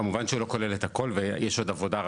כמובן שלא כולל את הכל ויש עוד עבודה רבה.